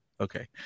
okay